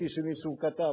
כמו שמישהו כתב,